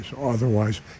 Otherwise